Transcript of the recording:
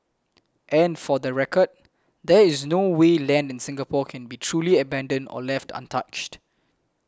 and for the record there is no way land in Singapore can be truly abandoned or left untouched